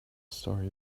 story